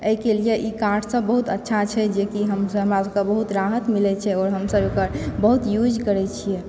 एहिके लिय ई कार्ड सभ बहुत अच्छा छै जेकि हमसभ हमरा सभ के बहुत रहत मिलै छै हम सभ एकर बहुत यूज करै छियै